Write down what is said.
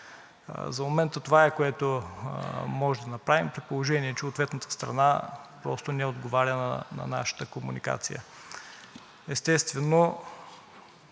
За момента това е, което можем да направим, при положение че ответната страна просто не отговаря на нашата комуникация. Естествено,